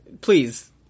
Please